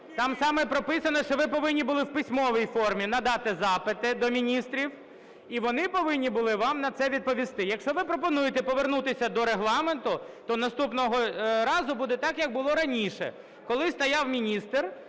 там саме прописано, що ви повинні були в письмовій формі надати запити до міністрів, і вони повинні були вам на це відповісти. Якщо ви пропонуєте повернутися до Регламенту, то наступного разу буде так, як було раніше, коли стояв міністр